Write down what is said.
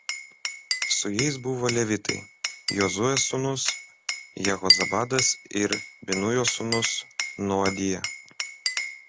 su jais buvo levitai jozuės sūnus jehozabadas ir binujo sūnus noadija